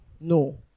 No